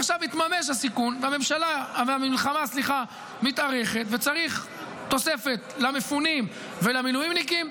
עכשיו התממש הסיכון והמלחמה מתארכת וצריך תוספת למפונים ולמילואימניקים,